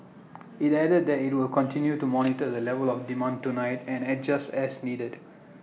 IT added that IT will continue to monitor the level of demand tonight and adjust as needed